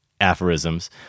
aphorisms